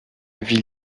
ville